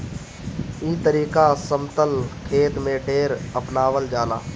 ई तरीका समतल खेत में ढेर अपनावल जाला